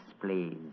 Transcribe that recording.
please